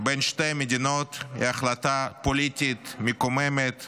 בין שתי המדינות היא החלטה פוליטית מקוממת וחצופה,